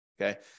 Okay